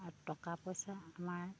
আৰু টকা পইচা আমাৰ